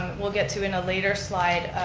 we'll get to in a later slide,